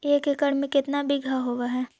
एक एकड़ में केतना बिघा होब हइ?